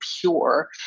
pure